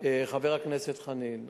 חבר הכנסת חנין,